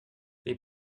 they